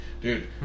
Dude